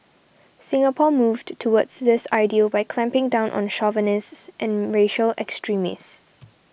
Singapore moved towards this ideal by clamping down on chauvinists and racial extremists